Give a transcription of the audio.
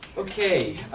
okay.